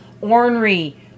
ornery